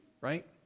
right